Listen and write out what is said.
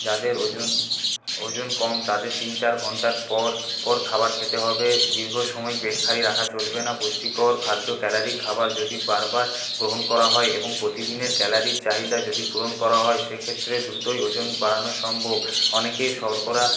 যাদের ওজন ওজন কম তাদের তিন চার ঘণ্টার পর পর খাবার খেতে হবে দীর্ঘ সময় পেট খালি রাখা চলবে না পুষ্টিকর খাদ্য ক্যালারি খাবার যদি বারবার গ্রহণ করা হয় এবং প্রতিদিনের ক্যালারির চাহিদা যদি পূরণ করা হয় সেক্ষেত্রে দ্রুতই ওজন বাড়ানো সম্ভব অনেকে শর্করা